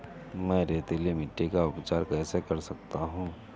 मैं रेतीली मिट्टी का उपचार कैसे कर सकता हूँ?